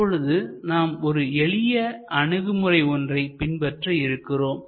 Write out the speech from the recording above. இப்பொழுது நாம் ஒரு எளிய அணுகுமுறை ஒன்றை பின்பற்ற இருக்கிறோம்